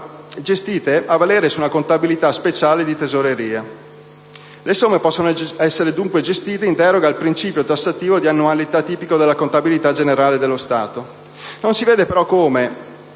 gestite a valere su una contabilità speciale di tesoreria. Le somme possono essere dunque gestite in deroga al principio tassativo di annualità, tipico della contabilità generale dello Stato. Non si vede però come,